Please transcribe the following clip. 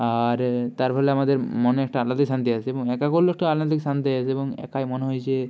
আর তার ফলে আমাদের মনে একটা আলাদাই শান্তি আসে এবং একা করলেও একটা শান্তি আসে এবং একাই মনে হয় যে